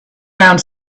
around